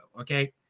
okay